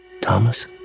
Thomas